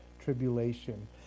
tribulation